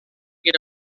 get